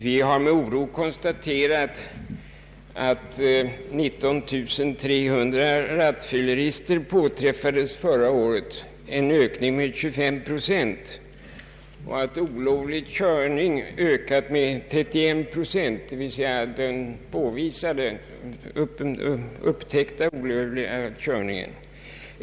Vi har med oro konstaterat att 19 300 rattfyllerister påträffades under förra året — en ökning med 25 procent — och att olovlig körning ökade med 31 procent, d.v.s. den upptäckta olovliga körningen.